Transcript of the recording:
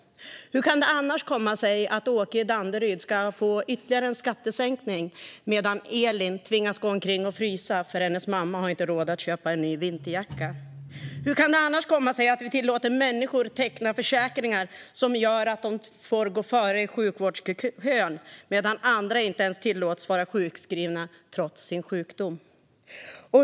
Hur kan det annars komma sig att Åke i Danderyd ska få ytterligare en skattesänkning, medan Elin tvingas gå omkring och frysa därför att hennes mamma inte har råd att köpa henne en ny vinterjacka? Hur kan det annars komma sig att vi tillåter människor att teckna försäkringar som gör att de får gå före i sjukvårdskön, medan andra inte ens tillåts vara sjukskrivna trots sjukdom?